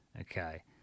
Okay